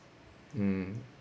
mm